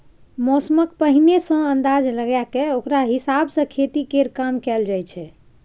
मौसमक पहिने सँ अंदाज लगा कय ओकरा हिसाबे खेती केर काम कएल जाइ छै